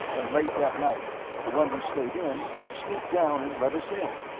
and late that night the one who stayed in would sneak down and let us in.